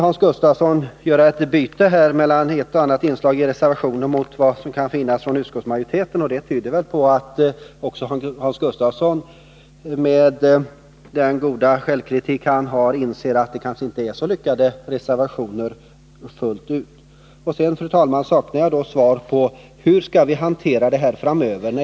Hans Gustafsson vill göra ett byte mellan ett och annat inslag i reservationen och vad utskottsmajoriteten föreslår. Det tyder väl på att också Hans Gustafsson, med det goda sinne för självkritik han har, inser att det kanske inte är så lyckade reservationer fullt ut. Fru talman! Jag saknar svar på frågan, hur vi skall hantera det här framöver.